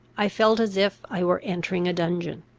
i felt as if i were entering a dungeon.